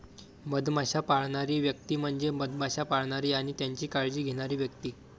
मधमाश्या पाळणारी व्यक्ती म्हणजे मधमाश्या पाळणारी आणि त्यांची काळजी घेणारी व्यक्ती